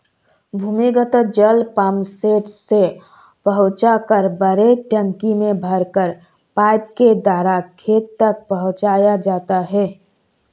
भूमिगत जल पम्पसेट से पहुँचाकर बड़े टंकी में भरकर पाइप के द्वारा खेत तक पहुँचाया जाता है